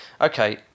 okay